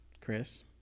Chris